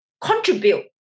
contribute